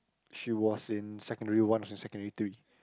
she was in secondary one I was in secondary three